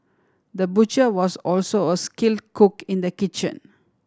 the butcher was also a skill cook in the kitchen